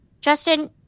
Justin